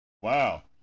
Wow